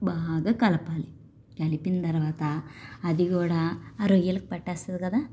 బాగా కలపాలి కలిపిన తరువాత అది కూడా ఆ రొయ్యలకు పట్టేస్తుంది కదా